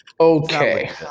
Okay